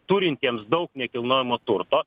turintiems daug nekilnojamo turto